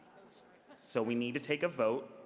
so we need to take a vote.